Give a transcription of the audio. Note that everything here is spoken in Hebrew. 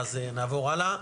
אז נעבור הלאה.